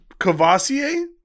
Cavassier